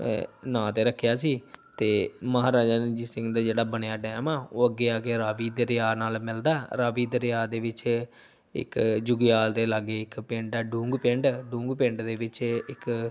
ਨਾਂ 'ਤੇ ਰੱਖਿਆ ਸੀ ਅਤੇ ਮਹਾਰਾਜਾ ਰਣਜੀਤ ਸਿੰਘ ਦੇ ਜਿਹੜਾ ਬਣਿਆ ਡੈਮ ਹੈ ਉਹ ਅੱਗੇ ਆ ਕੇ ਰਾਵੀ ਦਰਿਆ ਨਾਲ ਮਿਲਦਾ ਹੈ ਰਾਵੀ ਦਰਿਆ ਦੇ ਵਿੱਚ ਇੱਕ ਯੁਗਿਆਲ ਦੇ ਲਾਗੇ ਇਕ ਪਿੰਡ ਹੈ ਡੂੰਗ ਪਿੰਡ ਡੂੰਗ ਪਿੰਡ ਦੇ ਵਿੱਚ ਇੱਕ